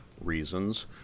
reasons